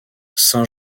saint